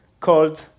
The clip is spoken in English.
called